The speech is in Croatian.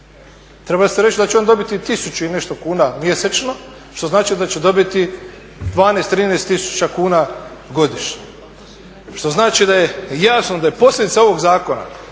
Trebali ste da će on dobiti 1000 i nešto kuna mjesečno što znači da će dobiti 12, 13 tisuća kuna godišnje. Što znači da je, jasno da je posljedica ovoga zakona